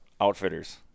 Outfitters